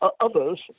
Others